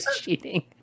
cheating